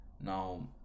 now